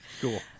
cool